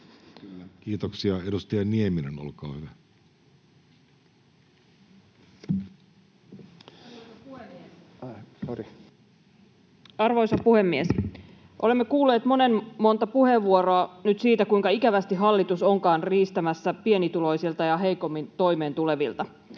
Time: 11:57 Content: Arvoisa puhemies! Olemme kuulleet monen monta puheenvuoroa nyt siitä, kuinka ikävästi hallitus onkaan riistämässä pienituloisilta ja heikommin toimeentulevilta.